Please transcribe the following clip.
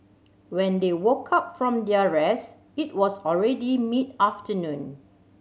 when they woke up from their rest it was already mid afternoon